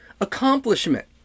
accomplishment